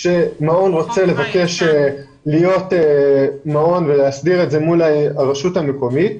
כאשר מעון מבקש להיות מעון ולהסדיר את זה מול הרשות המקומית,